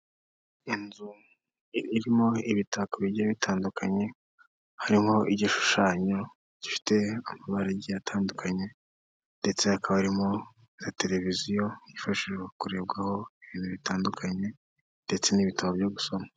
Inzu irimo ibitako bigiye bitandukanye, harimo igishushanyo gifite amabarage agiye atandukanye ndetse hakaba harimo na televiziyo yifashishwa mu kurebwaho ibintu bitandukanye, ndetse n'ibitabo byo gusoma.